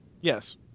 Yes